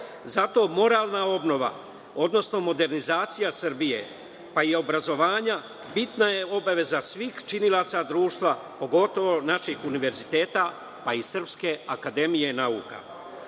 Zato, moralna obnova, odnosno modernizacija Srbije, pa i obrazovanja, bitna je obaveza svih činilaca društva, pogotovo naših univerziteta, pa i Srpske Akademije